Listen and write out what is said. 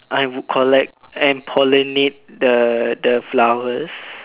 I would collect and pollinate the the flowers